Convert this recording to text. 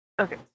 Okay